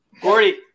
Gordy